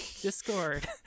Discord